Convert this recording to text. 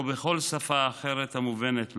או בכל שפה אחרת המובנת לו,